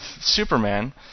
Superman